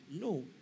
No